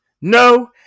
No